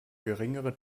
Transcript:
geringere